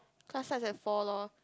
class starts at four lorh